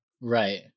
Right